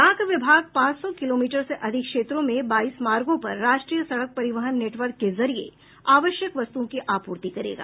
डाक विभाग पांच सौ किलोमीटर से अधिक क्षेत्रों में बाईस मार्गों पर राष्ट्रीय सड़क परिवहन नेटवर्क के जरिये आवश्यक वस्तुओं की आपूर्ति करेगा